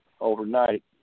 overnight